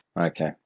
Okay